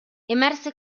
emerse